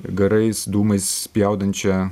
garais dūmais spjaudančią